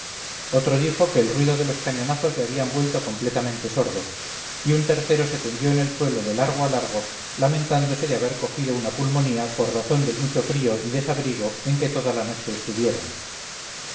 otro dijo que el ruido de los cañonazos le habían vuelto completamente sordo y un tercero se tendió en el suelo de largo a largo lamentándose de haber cogido una pulmonía por razón del mucho frío y desabrigo en que toda la noche estuvieran